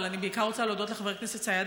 אבל אני בעיקר רוצה להודות לחבר הכנסת סידה,